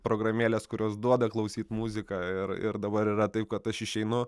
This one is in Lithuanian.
programėles kurios duoda klausyt muziką ir ir dabar yra taip kad aš išeinu